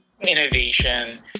innovation